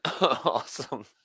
Awesome